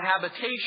habitation